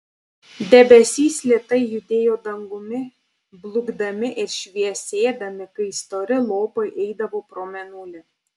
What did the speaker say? debesys lėtai judėjo dangumi blukdami ir šviesėdami kai stori lopai eidavo pro mėnulį